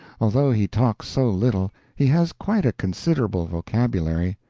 although he talks so little, he has quite a considerable vocabulary.